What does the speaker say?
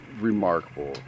remarkable